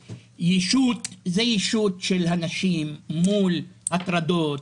זו ישות של נשים אל מול הטרדות,